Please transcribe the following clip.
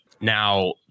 Now